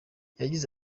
yagize